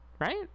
Right